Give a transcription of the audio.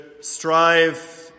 strive